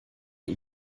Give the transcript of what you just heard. ihn